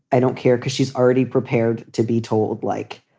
i don't care because she's already prepared to be told like.